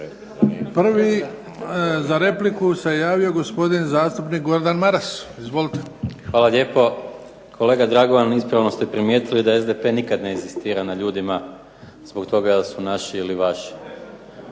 Prvi za repliku se javio gospodin zastupnik Gordan Maras. Izvolite. **Maras, Gordan (SDP)** Hvala lijepo. Kolega Dragovan, ispravno ste primijetili da SDP nikad ne inzistira na ljudima zbog toga jer su naši ili vaši.